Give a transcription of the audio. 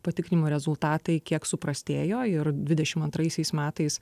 patikrinimo rezultatai kiek suprastėjo ir dvidešim antraisiais metais